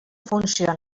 funcionen